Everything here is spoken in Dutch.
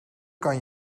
kan